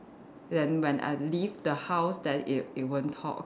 then when I leave the house then it it won't talk